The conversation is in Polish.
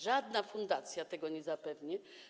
Żadna fundacja tego nie zapewni.